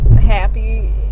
happy